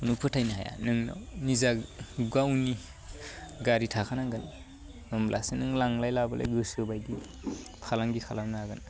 नों फोथायनो हाया नोंनाव निजा गावनि गारि थाखानांगोन होमब्लासो नों लांलाय लाबोलाय गोसोबायदि फालांगि खालामनो हागोन